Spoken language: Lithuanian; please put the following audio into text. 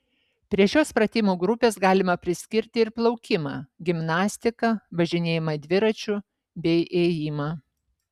prie šios pratimų grupės galima priskirti ir plaukimą gimnastiką važinėjimą dviračiu bei ėjimą